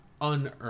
unearned